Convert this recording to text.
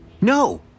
No